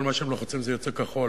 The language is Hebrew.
כל מה שהם לוחצים יוצא כחול,